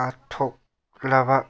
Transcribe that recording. ꯄꯥꯊꯣꯛꯂꯕ